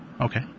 Okay